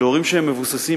להורים שהם מבוססים,